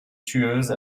tueuse